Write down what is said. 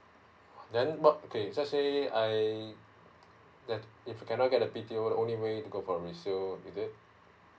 then but okay let's say I that if I cannot get a B T O the only way is to go for a resale is it